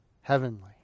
heavenly